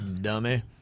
Dummy